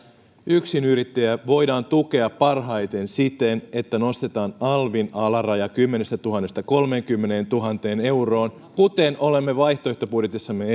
yksinyrittäjiä voidaan tukea parhaiten siten että nostetaan alvin alaraja kymmenestätuhannesta kolmeenkymmeneentuhanteen euroon kuten olemme vaihtoehtobudjetissamme